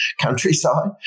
countryside